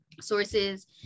sources